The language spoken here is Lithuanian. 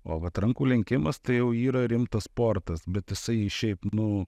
o vat rankų lenkimas tai jau yra rimtas sportas bet jisai šiaip nu